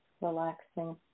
relaxing